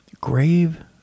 Grave